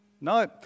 No